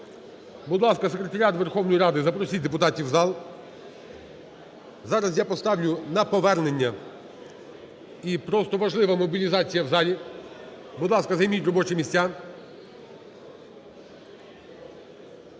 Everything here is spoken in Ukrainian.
Будь ласка, секретаріат Верховної Ради запросить депутатів у зал. Зараз я поставлю на повернення і просто важлива мобілізація у залі. Будь ласка, займіть робочі місця.